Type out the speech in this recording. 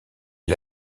est